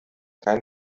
keinen